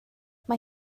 mae